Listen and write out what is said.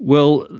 well,